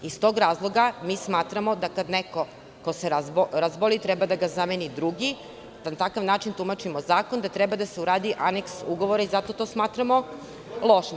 Iz tog razloga mi smatramo da kad neko, ko se razboli, treba da ga zameni drugi, da na takav način tumačimo zakon, da treba da se uradi aneks ugovora i zato to smatramo lošim.